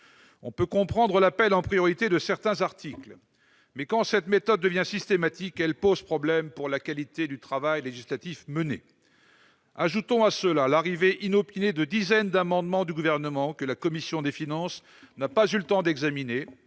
pouvons comprendre l'examen en priorité de certains articles ; mais, quand cette méthode devient systématique, elle met à mal la qualité du travail législatif. Ajoutons à cela le dépôt inopiné de dizaines d'amendements par le Gouvernement, que la commission des finances n'a pas eu le temps d'examiner.